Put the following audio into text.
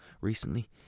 recently